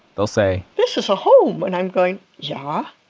they'll say, this is a home, and i'm going, yeah,